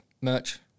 merch